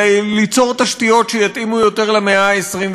ליצור תשתיות שיתאימו יותר למאה ה-21.